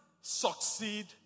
succeed